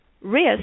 risk